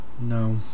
No